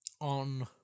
on